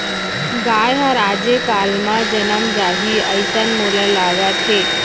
गाय हर आजे काल म जनम जाही, अइसन मोला लागत हे